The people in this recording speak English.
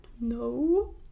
No